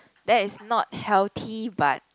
that is not healthy but